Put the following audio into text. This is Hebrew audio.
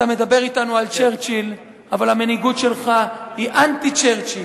אתה מדבר אתנו על צ'רצ'יל אבל המנהיגות שלך היא אנטי-צ'רצ'יל.